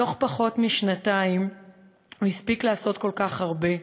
תוך פחות משנתיים הוא הספיק לעשות כל כך הרבה,